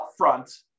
upfront